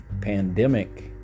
pandemic